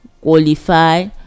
qualify